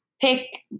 pick